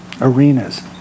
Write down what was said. arenas